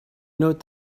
note